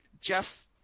Jeff